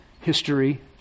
history